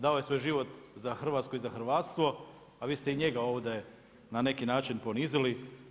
Dao je svoj život za Hrvatsku i za hrvatstvo, a vi ste i njega ovdje na neki način ponizili.